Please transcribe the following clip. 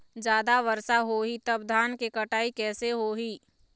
जादा वर्षा होही तब धान के कटाई कैसे होही?